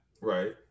Right